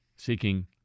seeking